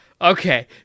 okay